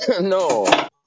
No